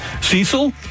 Cecil